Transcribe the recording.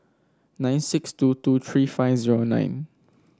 nine six two two three five zero nine